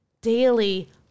daily